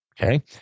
Okay